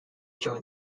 join